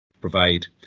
provide